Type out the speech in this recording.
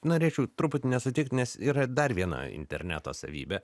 norėčiau truputį nesutikt nes yra dar viena interneto savybė